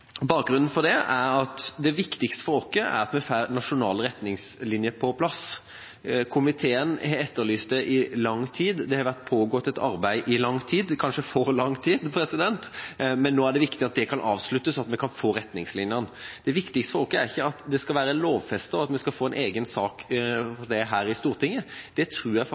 Bakgrunnen for det er at det viktigste for oss er at vi får nasjonale retningslinjer på plass. Komiteen har etterlyst det i lang tid. Det har pågått et arbeid i lang tid – kanskje for lang tid – men nå er det viktig at det kan avsluttes, og at vi kan få retningslinjene. Det viktigste for oss er ikke at det skal være lovfestet, og at vi skal få en egen sak om det her i Stortinget. Det tror jeg